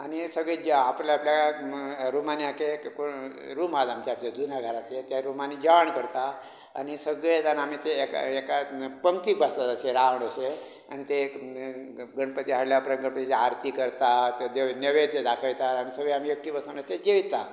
आनी हें सगळें जें आपल्या आपल्याक रूमां रूमांनी एक एक रूम आसात आमचे आदले जुन्या घरान त्या रूमांनी जेवाण करता आनी सगळें जाण आमी थंय एका एका पंगतीक बसतात तशें रावंड अशें आनी तें गणपती हाडल्या उपरांत गणपतीची आरती करतात त्यो द्यो नेवैद्य दाखयतात आनी सगळीं आमीं एकठीं बसून अशें जेयता